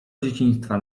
dzieciństwa